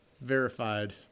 Verified